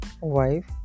wife